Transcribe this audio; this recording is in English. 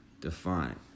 define